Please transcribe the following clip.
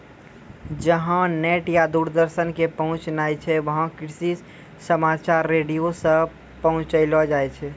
जहां नेट या दूरदर्शन के पहुंच नाय छै वहां कृषि समाचार रेडियो सॅ पहुंचैलो जाय छै